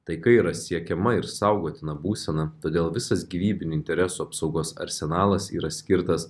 taika yra siekiama ir saugotina būsena todėl visas gyvybinių interesų apsaugos arsenalas yra skirtas